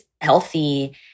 healthy